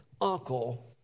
uncle